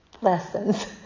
lessons